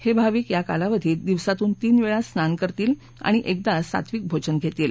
हे भाविक या कालावधीत दिवसातून तीनवेळा स्नान करतील आणि एकदा सात्विक भोजन घेतील